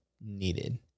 needed